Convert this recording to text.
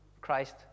Christ